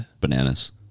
Bananas